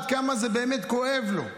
עד כמה זה באמת כואב לו.